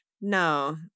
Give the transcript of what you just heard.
no